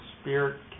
spirit